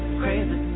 crazy